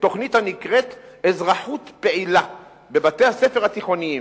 תוכנית הנקראת "אזרחות פעילה" בבתי-הספר התיכוניים.